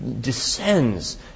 descends